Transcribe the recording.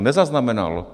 Nezaznamenal.